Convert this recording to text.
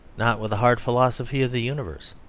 not with a hard philosophy of the universe.